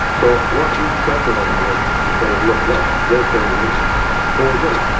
so while he's pressurizing us to sort of look west we're saying and and go away,